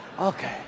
Okay